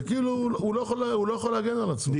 זה כאילו הוא לא יכול להגן על עצמו, הלקוח.